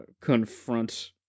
confront